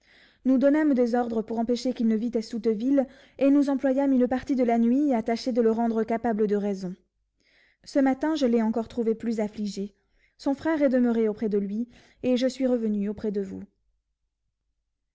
nous donnâmes des ordres pour empêcher qu'il ne vît estouteville et nous employâmes une partie de la nuit à tâcher de le rendre capable de raison ce matin je l'ai encore trouvé plus affligé son frère est demeuré auprès de lui et je suis revenu auprès de vous